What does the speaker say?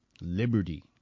Liberty